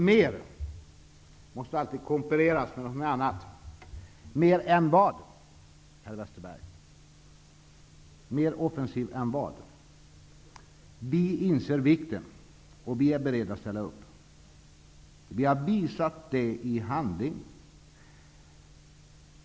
Herr talman! Mer offensiva än vad, herr Westerberg? Vi inser vidden och är beredda att ställa upp. Det har vi visat i handling.